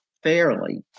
Fairly